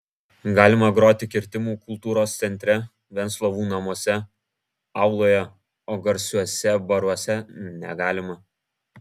galima groti kirtimų kultūros centre venclovų namuose auloje o garsiuose baruose negalima